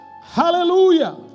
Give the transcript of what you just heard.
Hallelujah